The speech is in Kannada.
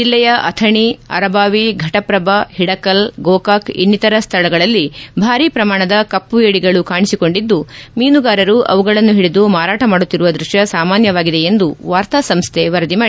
ಜಿಲ್ಲೆಯ ಅಥಣಿ ಅರಬಾವಿ ಘಟಪ್ರಭಾ ಹಿಡಕಲ್ ಗೋಕಾಕ್ ಇನ್ನಿತರ ಸ್ದಳಗಳಲ್ಲಿ ಭಾರೀ ಪ್ರಮಾಣದ ಕಪ್ಪು ಏಡಿಗಳು ಕಾಣಿಸಿಕೊಂಡಿದ್ದು ಮೀನುಗಾರರು ಅವುಗಳನ್ನು ಹಿಡಿದು ಮಾರಾಟ ಮಾಡುತ್ತಿರುವ ದೃಶ್ಯ ಸಾಮಾನ್ಯವಾಗಿದೆ ಎಂದು ವಾರ್ತಾ ಸಂಸ್ಥೆ ವರದಿ ಮಾಡಿದೆ